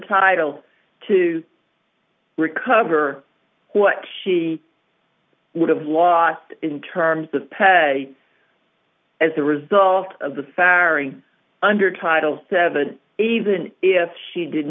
entitled to recover what she would have lost in terms of pay as a result of the firing under title seven even if she did